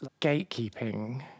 gatekeeping